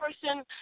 person